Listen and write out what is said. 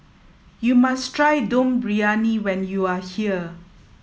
you must try Dum Briyani when you are here